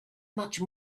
much